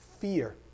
Fear